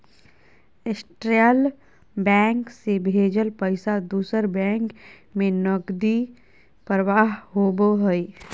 central bank से भेजल पैसा दूसर बैंक में नकदी प्रवाह होबो हइ